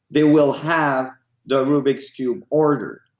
they will have the rubik's cube order.